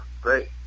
great